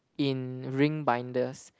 in ring binders